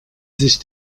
sich